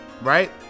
Right